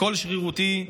הכול שרירותי,